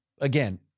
again